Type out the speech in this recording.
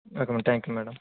okay madam thank you madam